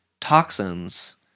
toxins